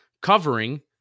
covering